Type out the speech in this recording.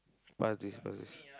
pass this pass this